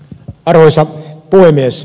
arvoisa puhemies